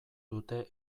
dute